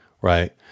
right